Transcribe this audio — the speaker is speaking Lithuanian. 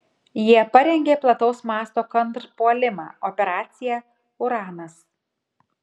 jie parengė plataus masto kontrpuolimą operaciją uranas